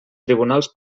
tribunals